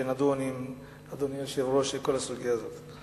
שנדון עם אדוני היושב-ראש בכל הסוגיה הזאת.